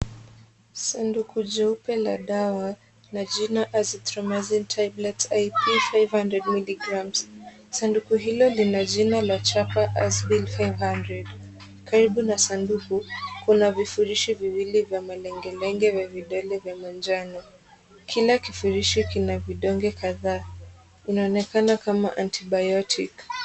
Sanduku jeupe la dawa na jina azithromycin tablets ip 500mg sanduku hili lina chapa ya jina aspin 500 karibu na sanduku Kuna vifulishi viwili vya vinenge nenge. Ya videle vya manjano kila kifulishi kina vidonge kadhaa inaonekana kama (cs) antibiotic(cs).